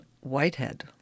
Whitehead